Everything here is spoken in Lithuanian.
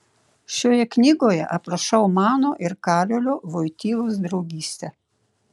šioje knygoje aprašau mano ir karolio voitylos draugystę